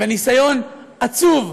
בניסיון עצוב,